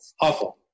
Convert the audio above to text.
awful